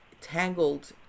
tangled